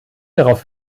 darauf